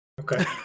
okay